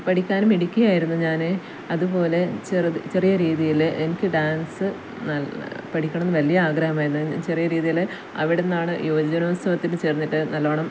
പഠിക്കാൻ മിടുക്കി ആയിരുന്നു ഞാൻ അതുപോലെ ചെറു ചെറിയ രീതിയിൽ എനിക്ക് ഡാൻസ് നല്ല പഠിക്കണമെന്ന് വലിയ ആഗ്രഹമായിരുന്നു ചെറിയ രീതിയിൽ അവിടുന്നാണ് യുവജനോത്സവത്തിന് ചേർന്നിട്ട് നല്ലോണം